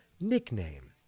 nickname